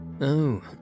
Oh